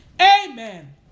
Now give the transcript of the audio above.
amen